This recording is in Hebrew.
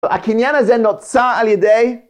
הקניין הזה נוצר על ידי...